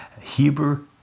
Hebrew